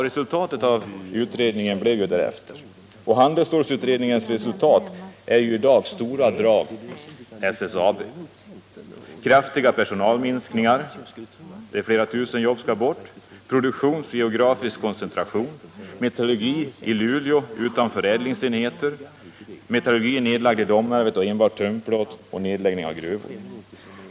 Resultatet av utredningen blev därefter — det är i stora drag dagens SSAB med kraftiga personalminskningar, flera tusen jobb skall bort — produktionsoch geografisk koncentration, metallurgi i Luleå utan förädlingsenheter, nedlagd metallurgi och enbart tunnplåtstillverkning i Domnarvet samt nedläggning av gruvor.